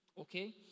okay